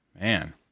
man